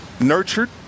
nurtured